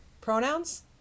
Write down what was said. pronouns